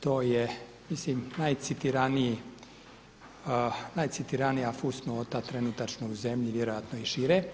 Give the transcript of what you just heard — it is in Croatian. To je mislim najcitiranija fusnota trenutačno u zemlji, vjerojatno i šire.